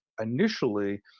initially